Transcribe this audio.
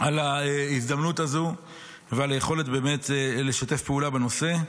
על ההזדמנות הזו ועל היכולת לשתף פעולה בנושא.